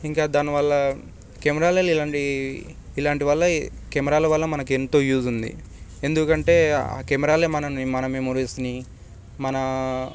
ఇంకా దానివల్ల కెమెరాలో ఇలాంటివి ఇలాంటివల్ల కెమెరాలవల్ల మనకి ఎంతో యూజ్ ఉంది ఎందుకంటే ఆ కెమెరాలే మనని మన మెమరీస్ని మన